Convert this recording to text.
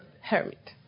Hermit